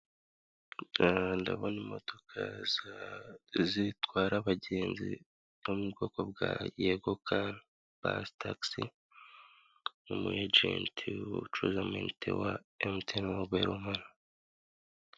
Ndabona imodoka zitwara abagenzi zo mu bwoko bwa yegoka pari taxi, n'umu egenti ucuruza amayinite wa emutiyeni mibayiro mani.